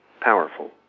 powerful